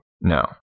No